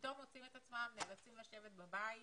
ופתאום מוצאים את עצמם נאלצים לשבת בבית